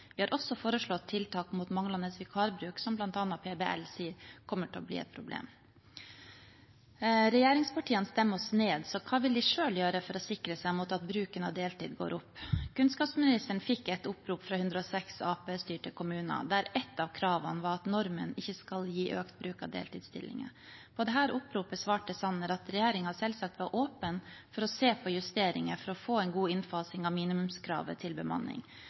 Vi har også foreslått tiltak mot manglende vikarbruk, som bl.a. PBL sier kommer til å bli et problem. Regjeringspartiene stemmer oss ned, så hva vil de selv gjøre for å sikre seg mot at bruken av deltid går opp? Kunnskapsministeren fikk et opprop fra 106 Arbeiderparti-styrte kommuner der ett av kravene var at normen ikke skal gi økt bruk av deltidsstillinger. På dette oppropet svarte Sanner at regjeringen selvsagt var åpen for å se på justeringer for å få en god innfasing av minimumskravet til bemanning.